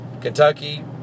Kentucky